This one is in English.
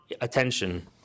attention